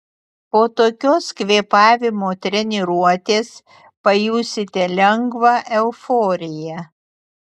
po tokios kvėpavimo treniruotės pajusite lengvą euforiją